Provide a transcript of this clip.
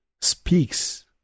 speaks